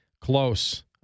close